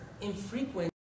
infrequent